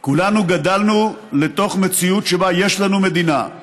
כולנו גדלנו לתוך מציאות שבה יש לנו מדינה.